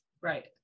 right